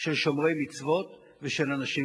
של שומרי מצוות ושל אנשים לאומיים.